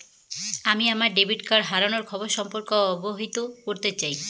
আমি আমার debit card হারানোর খবর সম্পর্কে অবহিত করতে চাই